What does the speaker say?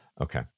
Okay